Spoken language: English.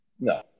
No